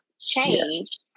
change